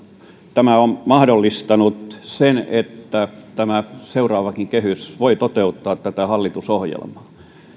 tämä on mahdollistanut sen että tämä seuraavakin kehys voi toteuttaa tätä hallitusohjelmaa